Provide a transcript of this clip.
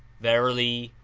verily,